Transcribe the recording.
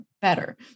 better